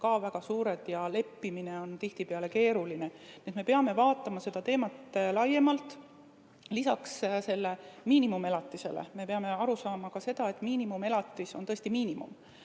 ka väga suured ja leppimine on tihtipeale keeruline. Me peame vaatama seda teemat laiemalt. Lisaks sellele miinimumelatisele me peame aru saama ka seda, et miinimumelatis on tõesti miinimum.